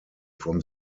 from